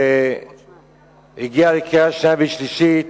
שהגיעה לקריאה שנייה ושלישית,